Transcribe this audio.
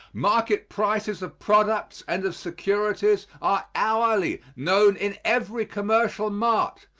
market prices of products and of securities are hourly known in every commercial mart,